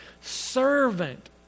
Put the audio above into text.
servant